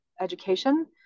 education